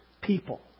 people